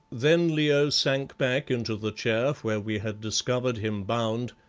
then leo sank back into the chair where we had discovered him bound,